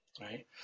right